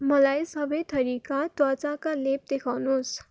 मलाई सबै थरीका त्वाचाका लेप देखाउनुहोस्